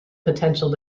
potential